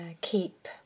keep